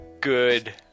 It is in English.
good